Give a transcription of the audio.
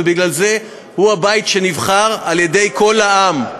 ובגלל זה הוא הבית שנבחר על-ידי כל העם.